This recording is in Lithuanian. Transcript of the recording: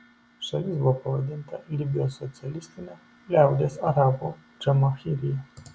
šalis buvo pavadinta libijos socialistine liaudies arabų džamahirija